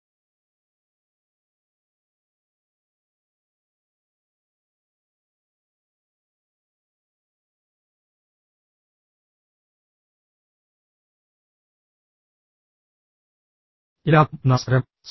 എല്ലാവർക്കും നമസ്കാരം